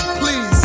please